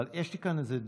אבל יש לי כאן דיווח